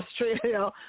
Australia